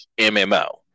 MMO